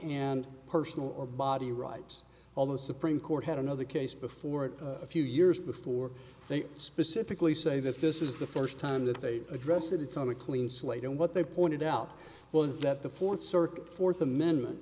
and personal or body rights all the supreme court had another case before it a few years before they specifically say say that this is the first time that they address it it's on a clean slate and what they pointed out was that the fourth circuit fourth amendment